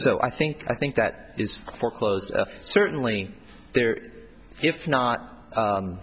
so i think i think that is foreclosed certainly there if not